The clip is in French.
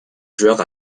joueurs